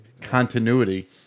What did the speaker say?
continuity